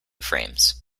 frames